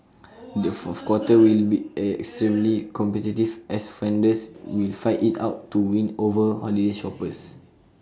the fourth quarter will be extremely competitive as vendors will fight IT out to win over holiday shoppers